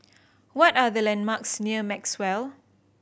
what are the landmarks near Maxwell